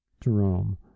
Jerome